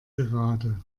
gerade